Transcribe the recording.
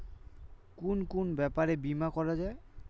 কুন কুন ব্যাপারে বীমা করা যায়?